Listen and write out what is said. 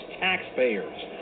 taxpayers